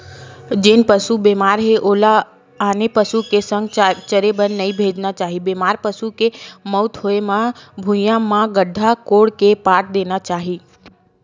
जेन पसु बेमार हे ओला आने पसु के संघ चरे बर नइ भेजना चाही, बेमार पसु के मउत होय म भुइँया म गड्ढ़ा कोड़ के पाट देना चाही